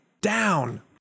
down